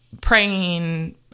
praying